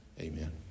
Amen